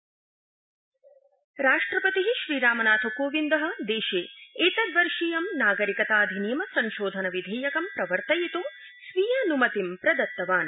राष्ट्रपति राष्ट्रपति श्रीरामनाथकोविन्द देशे एतद्वर्षीयं नागरिकताऽधिनियम संशोधन विधेयकं प्रवर्तयित्ं स्वीयान्मतिं प्रदत्तवान्